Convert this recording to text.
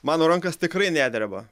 mano rankos tikrai nedreba